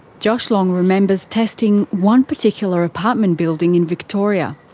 josh long remembers testing one particular apartment building in victoria.